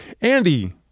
Andy